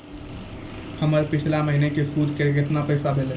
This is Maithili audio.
हमर पिछला महीने के सुध के केतना पैसा भेलौ?